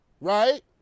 right